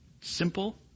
Simple